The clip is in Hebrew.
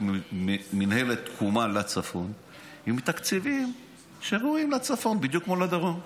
מינהלת תקומה לצפון עם תקציבים שראויים לצפון בדיוק כמו לדרום.